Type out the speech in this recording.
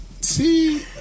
See